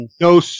no